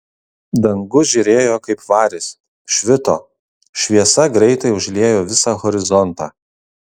dangus žėrėjo kaip varis švito šviesa greitai užliejo visą horizontą